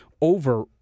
over